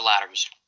ladders